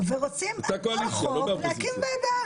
אנחנו רוצים שלא יפלו אותנו לרעה.